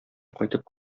кайтып